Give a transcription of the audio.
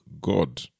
God